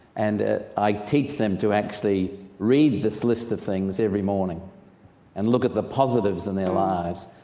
and ah i teach them to actually read this list of things every morning and look at the positives in their lives.